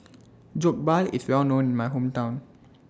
Jokbal IS Well known in My Hometown